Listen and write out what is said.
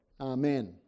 Amen